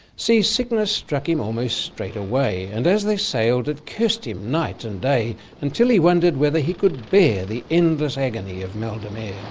seasickness struck him almost straight away and as they sailed it cursed him night and day until he wondered whether he could bear the endless agony of mal de mer.